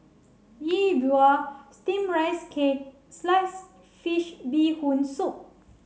Yi Bua steamed rice cake sliced fish bee hoon soup